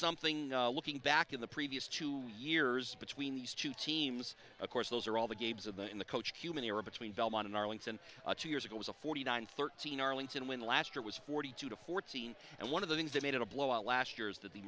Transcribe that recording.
something looking back in the previous two years between these two teams of course those are all the games of the in the coach cumin era between belmont and arlington a few years ago was a forty nine thirteen arlington win last year was forty two to fourteen and one of the things that made it a blowout last year is that the